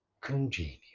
congenial